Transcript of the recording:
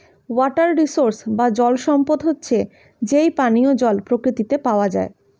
water resource বা জল সম্পদ হচ্ছে যেই পানিও জল প্রকৃতিতে পাওয়া যায়